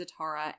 Zatara